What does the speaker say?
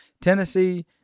Tennessee